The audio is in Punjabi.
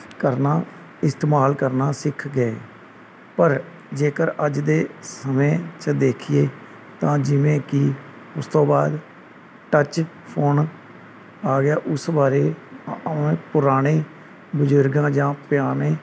ਕਰਨਾ ਇਸਤੇਮਾਲ ਕਰਨਾ ਸਿੱਖ ਗਏ ਪਰ ਜੇਕਰ ਅੱਜ ਦੇ ਸਮੇਂ 'ਚ ਦੇਖੀਏ ਤਾਂ ਜਿਵੇਂ ਕਿ ਉਸ ਤੋਂ ਬਾਅਦ ਟੱਚ ਫੋਨ ਆ ਗਿਆ ਉਸ ਬਾਰੇ ਪੁਰਾਣੇ ਬਜ਼ੁਰਗਾਂ ਜਾਂ ਪਿਆਣੇ